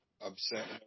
upset